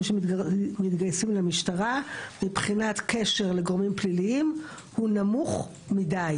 שמתגייסים למשטרה הוא בחינת קשר לגורמים פליליים והוא נמוך מדי.